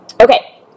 okay